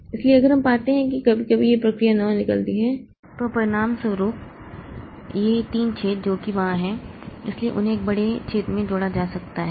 इसलिए अगर हम पाते हैं कि कभी कभी यह प्रक्रिया 9 निकलती है तो परिणामस्वरूप ये तीन छेद जो कि वहाँ हैं इसलिए उन्हें एक बड़े छेद में जोड़ा जा सकता है